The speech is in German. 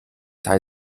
teil